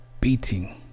beating